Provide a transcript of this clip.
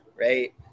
right